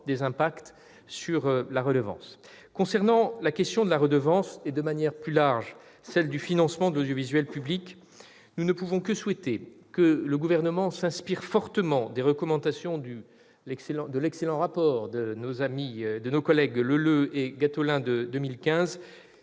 ou non sur la redevance. Concernant la question de la redevance et, de manière plus large, celle du financement de l'audiovisuel public, nous ne pouvons que souhaiter que le Gouvernement s'inspire fortement des recommandations de l'excellent rapport de nos collègues Leleux et Gattolin de 2015,